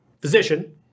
physician